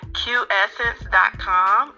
qessence.com